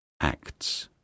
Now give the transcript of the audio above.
ACTS